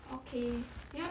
okay ya